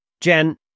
Jen